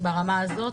ברמה הזאת?